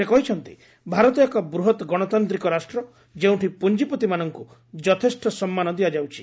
ସେ କହିଛନ୍ତି ଭାରତ ଏକ ବୃହତ ଗଣତାନ୍ତିକ ରାଷ୍ଟ୍ର ଯେଉଁଠି ପୁଞ୍ଜିପତିମାନଙ୍କୁ ଯଥେଷ୍ଟ ସମ୍ମାନ ଦିଆଯାଉଛି